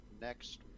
next